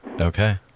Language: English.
Okay